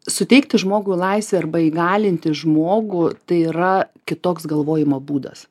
suteikti žmogui laisvę arba įgalinti žmogų tai yra kitoks galvojimo būdas